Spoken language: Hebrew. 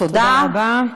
תודה רבה.